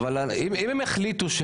אבל אם הם החליטו,